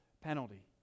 penalty